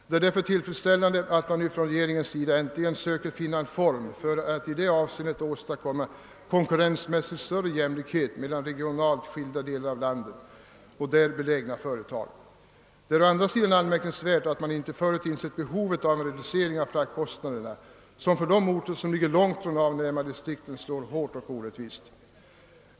Det är därför tillfredsställande att regeringen äntligen söker finna en form för att i detta avseende åstadkomma konkurrensmässigt större jämlikhet mellan regionalt skilda delar av landet och där belägna företag. Å andra sidan är det anmärkningsvärt att man inte förut har insett behovet av en reducering av fraktkostnaderna, som för de orter som ligger långt från avnämardistrikten slår hårt och orättvist.